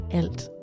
alt